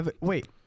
Wait